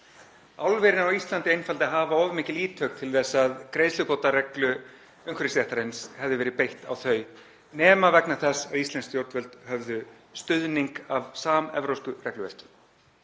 Álverin á Íslandi hafa einfaldlega of mikil ítök til að greiðslubótareglu umhverfisréttarins hefði verið beitt á þau nema vegna þess að íslensk stjórnvöld höfðu stuðning af samevrópsku regluverki.